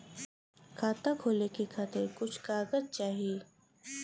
खाता खोले के खातिर कुछ कागज चाही?